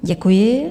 Děkuji.